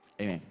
Amen